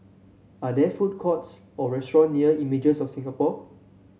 are there food courts or restaurant near Images of Singapore